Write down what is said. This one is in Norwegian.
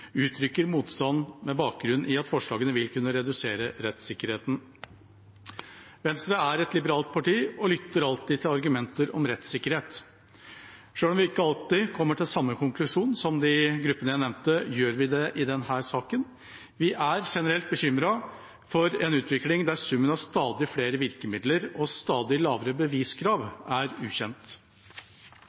uttrykker motstand med bakgrunn i at forslagene vil kunne redusere rettssikkerheten. Venstre er et liberalt parti og lytter alltid til argumenter om rettssikkerhet. Selv om vi ikke alltid kommer til samme konklusjon som de gruppene jeg nevnte, gjør vi det i denne saken. Vi er generelt bekymret for en utvikling der summen av stadig flere virkemidler og stadig lavere beviskrav er ukjent.